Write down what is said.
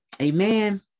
Amen